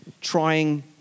trying